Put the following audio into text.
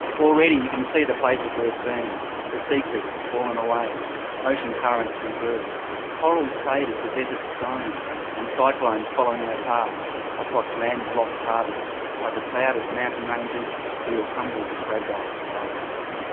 already you can see the places we have been the sea cliffs fallen away ocean currents reversed corals faded to desert stone and cyclones following our path across land-locked harbours over clouded mountain ranges to your humble fragile abodes.